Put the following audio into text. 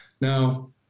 Now